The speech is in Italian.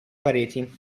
pareti